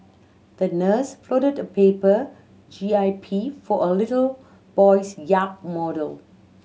the nurse folded a paper J I P for a little boy's yacht model